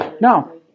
No